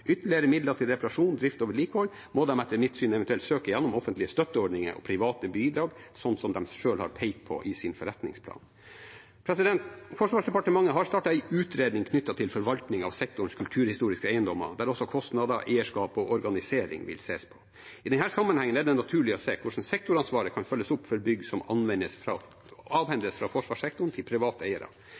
Ytterligere midler til reparasjon, drift og vedlikehold må de etter mitt syn eventuelt søke gjennom offentlige støtteordninger og private bidrag, slik de selv har pekt på i sin forretningsplan. Forsvarsdepartementet har startet en utredning knyttet til forvaltning av sektorens kulturhistoriske eiendommer, der også kostnader, eierskap og organisering vil ses på. I denne sammenheng er det naturlig å se på hvor sektoransvaret kan følges opp for bygg som avhendes fra forsvarssektoren til private eiere.